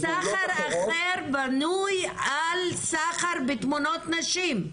הוא סחר אחר בנוי על סחר בתמונות נשים.